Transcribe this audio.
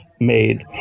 made